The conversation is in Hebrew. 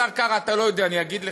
השר קרא, אתה לא יודע, אני אגיד לך: